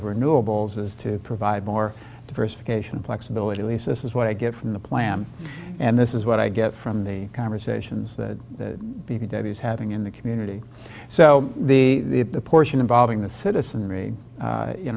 of renewables is to provide more diversification flexibility at least this is what i get from the plan and this is what i get from the conversations that b p that he's having in the community so the portion involving the citizenry